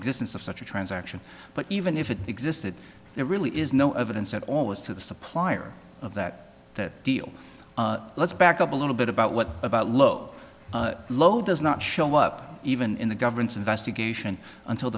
existence of such a transaction but even if it existed there really is no evidence at all as to the supplier of that that deal let's back up a little bit about what about low load does not show up even in the government's investigation until